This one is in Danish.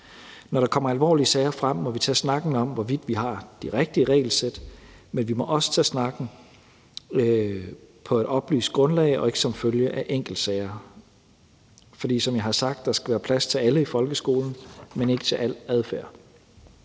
Når der kommer alvorlige sager frem, må vi tage snakken om, hvorvidt vi har de rigtige regelsæt, men vi må også tage snakken på et oplyst grundlag og ikke som følge af enkeltsager. Som jeg har sagt, skal der være plads til alle i folkeskolen, men ikke til al adfærd.